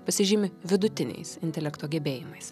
pasižymi vidutiniais intelekto gebėjimais